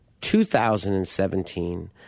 2017